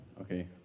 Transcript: okay